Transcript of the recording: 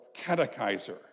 catechizer